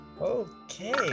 Okay